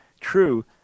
true